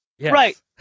Right